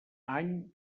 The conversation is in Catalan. any